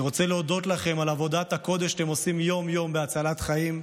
אני רוצה להודות לכם על עבודת הקודש שאתם עושים יום-יום בהצלת חיים.